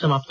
समाप्त